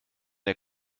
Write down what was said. der